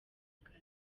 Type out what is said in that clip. akazi